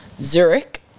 Zurich